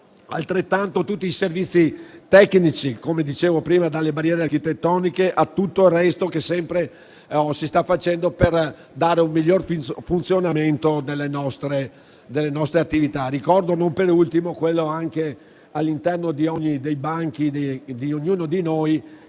Ricordo tutti i servizi tecnici, come dicevo prima, dalle barriere architettoniche a tutto il resto che si sta facendo per dare un miglior funzionamento delle nostre attività. Ricordo, non per ultimo, che all'interno di ognuno dei